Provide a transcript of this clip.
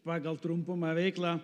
pagal trumpumą veiklą